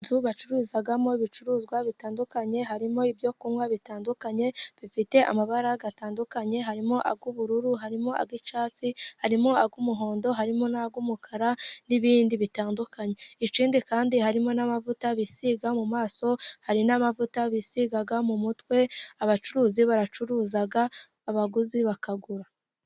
Inzu bacururizamo ibicuruzwa bitandukanye, harimo ibyo kunywa bitandukanye, bifite amabara atandukanye, harimo ay'ubururu, harimo ay'icyatsi, harimo ay'umuhondo, harimo n'ay'umukara, n'ibindi bitandukanye. Ikindi kandi harimo n'amavuta bisiga mu maso, hari n'amavuta bisiga mu mutwe, abacuruzi baracuruza, abaguzi bakagura.